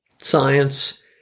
science